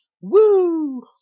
Woo